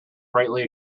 greatly